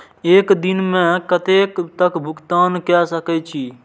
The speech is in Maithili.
एक दिन में कतेक तक भुगतान कै सके छी